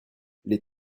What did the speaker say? les